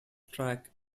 track